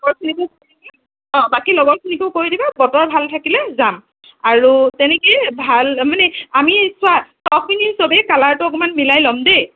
অ বাকী লগৰখিনিকো কৈ দিবা বতৰ ভাল থাকিলে যাম আৰু তেনেকৈ ভাল মানে আমি চোৱা ফ্ৰকখিনি সবেই কালাৰটো অকণমান মিলাই লম দেই